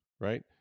right